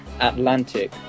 Atlantic